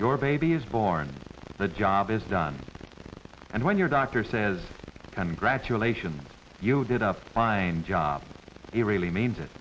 your baby is born the job is done and when your doctor says congratulations you did up find job it really made it